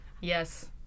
Yes